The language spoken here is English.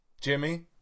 Jimmy